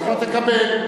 תקבל.